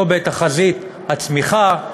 לא בתחזית הצמיחה,